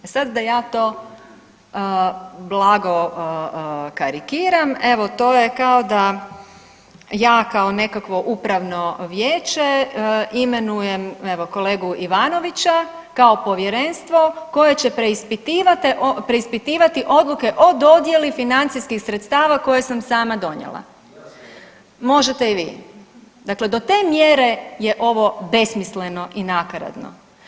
E sad ja to blago karikiram, evo to je kao da ja kao nekakvo upravo vijeće imenujem evo kolegu Ivanovića kao povjerenstvo koje će preispitivati odluke o dodjeli financijskih sredstava koje sam sama donijela … [[Upadica: Ne razumije se.]] možete i vi, dakle do te mjere je ovo besmisleno i nakaradno.